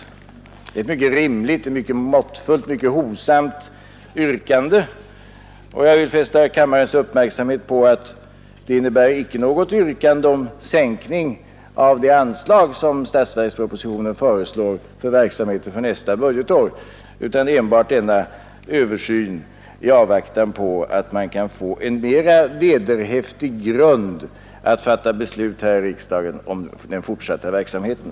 Det är ett mycket rimligt, mycket måttfullt och mycket hovsamt yrkande. Jag vill fästa kammarens uppmärksamhet på att det icke innebär något yrkande om sänkning av det anslag som statsverkspropositionen föreslår för verksamheten nästa budgetår utan enbart denna översyn i avvaktan på att man kan få en mera vederhäftig grund att fatta beslut på här i riksdagen om den fortsatta verksamheten.